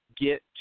get